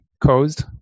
caused